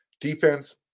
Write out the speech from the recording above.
defense